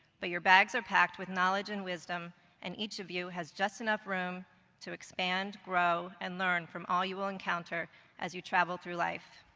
but your bags are packed with knowledge and wisdom and each of you has just enough room to expand, grow, and learn from all you will encounter as you travel through life.